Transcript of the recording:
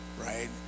right